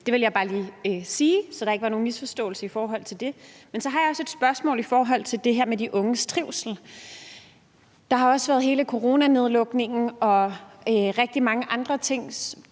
Det ville jeg bare lige sige, så der ikke var nogen misforståelse i forhold til det. Men så har jeg også et spørgsmål i forhold til det her med de unges trivsel. Der har været hele coronanedlukningen og rigtig mange andre ting,